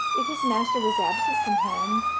if his master was absent from home,